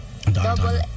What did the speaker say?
Double